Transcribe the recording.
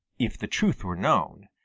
if the truth were known,